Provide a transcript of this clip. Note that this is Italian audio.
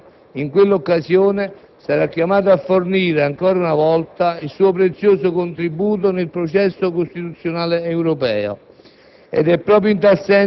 Il Governo italiano in quell'occasione sarà chiamato a fornire ancora una volta il suo prezioso contributo nel processo costituzionale europeo,